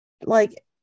like-